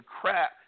crap